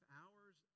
hours